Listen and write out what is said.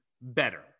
better